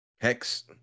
Hex